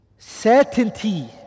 Certainty